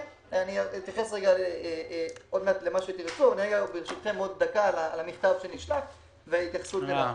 ברשותכם, עוד דקה על המכתב שנשלח וההתייחסות אליו.